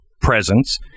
presence